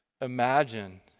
imagine